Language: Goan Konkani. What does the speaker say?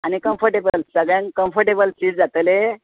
आनी कमफटेबल सगळ्यांक कमफटेबल सिट जातले